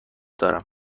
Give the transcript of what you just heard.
دارم